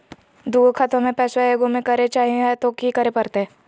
दू गो खतवा के पैसवा ए गो मे करे चाही हय तो कि करे परते?